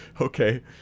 okay